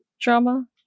drama